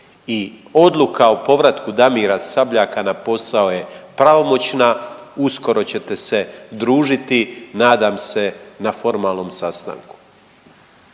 I odluka o povratku Damira Sabljaka na posao je pravomoćna, uskoro ćete se družiti nadam se na formalnom sastanku.